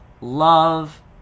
love